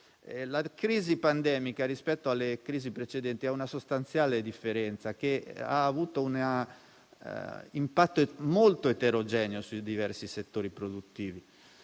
La crisi pandemica, rispetto alle crisi precedenti, ha una sostanziale differenza, perché ha avuto un impatto molto eterogeneo sui diversi settori produttivi.